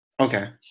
Okay